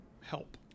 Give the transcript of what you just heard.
help